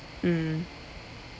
mm